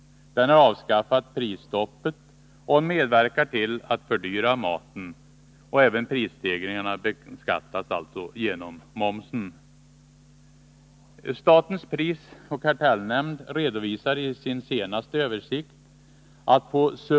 Den har avskaffat prisstoppet och medverkar till att fördyra maten. Även prisstegringen beskattas alltså genom momsen.